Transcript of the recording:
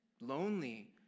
lonely